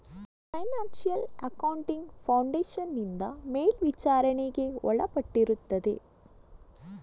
financial accounting foundation ನಿಂದ ಮೇಲ್ವಿಚಾರಣೆಗೆ ಒಳಪಟ್ಟಿರುತ್ತದೆ